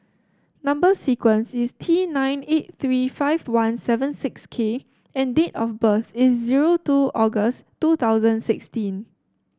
number sequence is T nine eight three five one seven six K and date of birth is zero two August two thousand sixteen